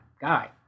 guy